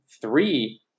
three